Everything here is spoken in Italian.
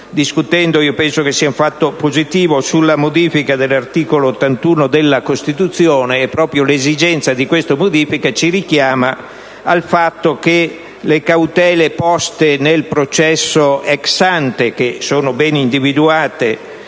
discutendo - e penso che sia un fatto positivo - sulla modifica dell'articolo 81 della Costituzione. Proprio l'esigenza di questa modifica ci richiama al fatto che le cautele poste nel processo *ex ante*, che sono ben individuate